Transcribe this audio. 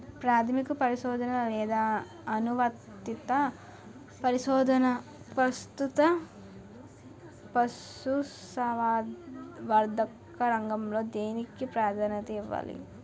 ప్రాథమిక పరిశోధన లేదా అనువర్తిత పరిశోధన? ప్రస్తుతం పశుసంవర్ధక రంగంలో దేనికి ప్రాధాన్యత ఇవ్వాలి?